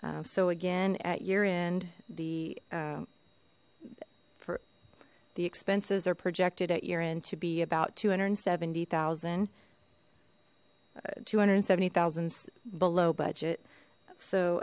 so again at year end the for the expenses are projected at year end to be about two hundred and seventy thousand two hundred and seventy thousand below budget so